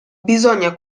bisogna